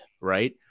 Right